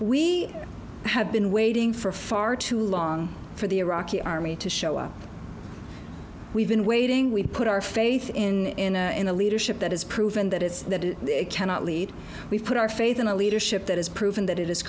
we have been waiting for far too long for the iraqi army to show up we've been waiting we put our faith in the leadership that has proven that it's that it cannot lead we put our faith in a leadership that has proven that it